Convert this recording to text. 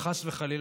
חס וחלילה,